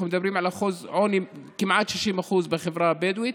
אנחנו מדברים על עוני של כמעט 60% בחברה הבדואית.